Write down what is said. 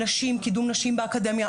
נשים קידום נשים באקדמיה.